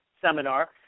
seminar